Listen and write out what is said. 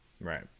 Right